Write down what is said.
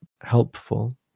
helpful